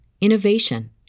innovation